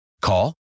Call